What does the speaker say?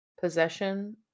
possession